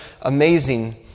amazing